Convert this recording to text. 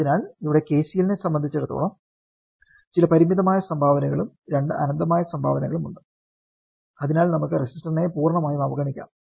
അതിനാൽ ഇവിടെ KCL നെ സംബന്ധിച്ചിടത്തോളം ചില പരിമിതമായ സംഭാവനകളും രണ്ട് അനന്തമായ സംഭാവനകളുമുണ്ട് അതിനാൽ നമുക്ക് റെസിസ്റ്ററിനെ പൂർണ്ണമായും അവഗണിക്കാം